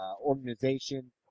organization